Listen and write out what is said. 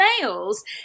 males